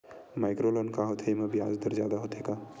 Micro loan का होथे येमा ब्याज दर जादा होथे का?